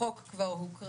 החוק כבר הוקרא.